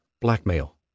blackmail